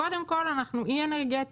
קודם כל, אנחנו אי אנרגטי.